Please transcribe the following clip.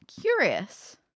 Curious